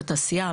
התעשייה,